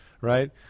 right